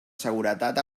seguretat